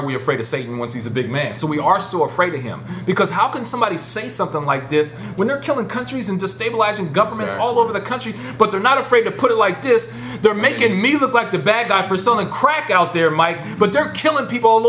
are we afraid of satan once he's a big man so we are still afraid of him because how can somebody say something like this when they're killing countries and destabilizing governments all over the country but they're not afraid to put it like this they're making me look like the bad guy for selling crack out there mike but they're killing people all